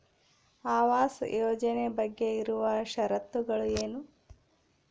ಆವಾಸ್ ಯೋಜನೆ ಬಗ್ಗೆ ಇರುವ ಶರತ್ತುಗಳು ಏನು?